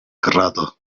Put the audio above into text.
krado